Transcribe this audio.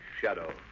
Shadow